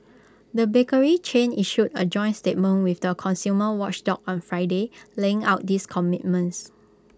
the bakery chain issued A joint statement with the consumer watchdog on Friday laying out these commitments